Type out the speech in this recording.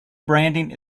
branding